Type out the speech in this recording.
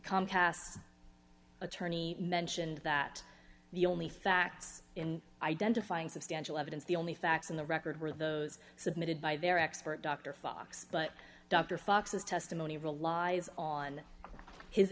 comcast attorney mentioned that the only facts in identifying substantial evidence the only facts in the record were those submitted by their expert dr fox but dr fox's testimony relies on his